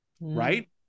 Right